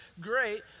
great